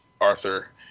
Arthur